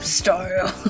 style